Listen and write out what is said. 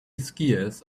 skiers